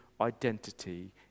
identity